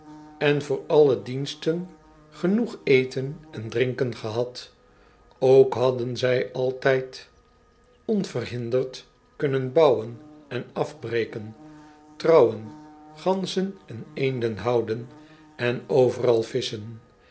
en voor alle diensten genoch eten en drinken gehad ok hadden zij altijd onghesperret onverhinderd kunnen bouwen en afbreken trouwen ganzen en eenden houden en overal visschen